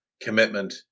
commitment